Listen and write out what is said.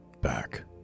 back